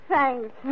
Thanks